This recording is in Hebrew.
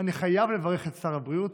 אני חייב לברך את שר הבריאות.